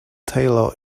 tailor